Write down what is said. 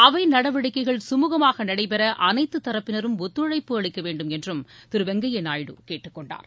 அவை நடவடிக்கைகள் குமுகமாக நடைபெற அனைத்து தரப்பினரும் ஒத்துழைப்பு அளிக்க வேண்டுமென்றும் திரு வெங்கையா நாயுடு கேட்டுக் கொண்டார்